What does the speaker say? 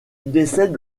décède